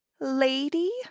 lady